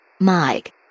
Mike